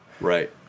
Right